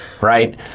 Right